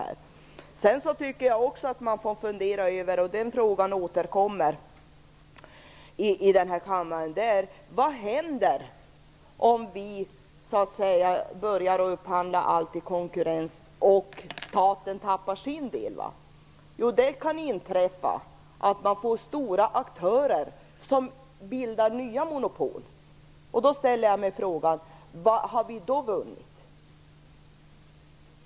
En annan fråga som jag tycker att man måste fundera över och som återkommer i kammaren är: Vad händer om vi börjar upphandla allt i konkurrens och staten tappar sin del? Ja, det kan inträffa att vi får stora aktörer som bildar nya monopol. Då ställer jag mig frågan: Vad har vi då vunnit?